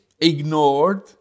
ignored